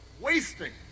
wasting